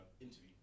interview